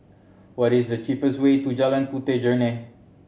what is the cheapest way to Jalan Puteh Jerneh